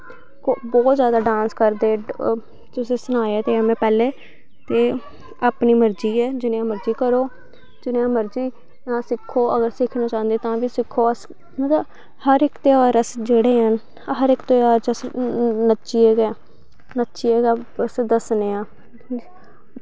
बौह्त जादा डांस करदे तुसें सनाया ते है पैह्लें ते अपनी मर्जी ऐ जनेहा मर्जी करो जनेहा मर्जी उ'आं सिक्खो अगर सिक्खना चांह्दे ओ तां बी सिक्खो अस मतलव हर इक ध्यार अस जेह्ड़े हैन हर इक ध्यार च अस नच्चियै गै नच्चियै गै उसी दस्सने आं